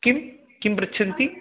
किं किं पृच्छन्ति